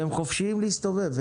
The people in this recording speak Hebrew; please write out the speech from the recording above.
הם חופשיים להסתובב.